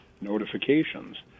notifications